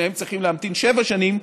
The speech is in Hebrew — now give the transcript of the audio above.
שניהם צריכים להמתין שבע שנים.